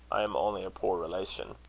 i am only a poor relation.